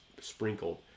sprinkled